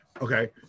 Okay